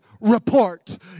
report